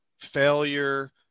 failure